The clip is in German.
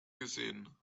gesehen